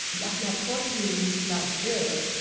we actually had four teams last year,